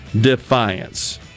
defiance